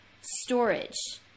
Storage